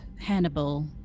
Hannibal